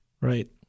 Right